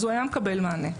הוא היה מקבל מענה,